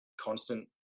constant